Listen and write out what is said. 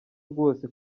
bwose